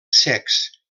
secs